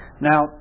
Now